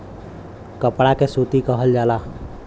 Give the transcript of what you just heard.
कपड़ा के सूती कहल जाला